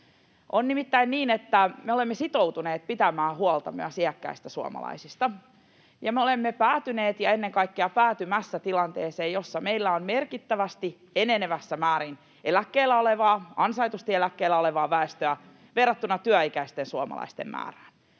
On nimittäin niin, että me olemme sitoutuneet pitämään huolta myös iäkkäistä suomalaisista, ja me olemme päätyneet ja ennen kaikkea päätymässä tilanteeseen, jossa meillä on merkittävästi, enenevässä määrin, ansaitusti eläkkeellä olevaa väestöä verrattuna työikäisten suomalaisten määrään.